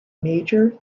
major